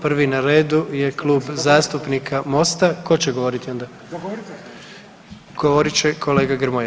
Prvi na redu je Klub zastupnika MOST-a, tko će govoriti onda, govorit će kolega Grmoja.